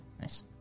Nice